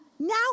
Now